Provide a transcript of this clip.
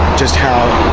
just how